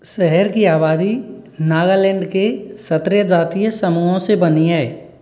शहर की आबादी नागालैंड के सत्रह जातीय समूहों से बनी है